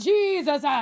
Jesus